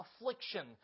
affliction